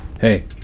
Hey